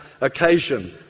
occasion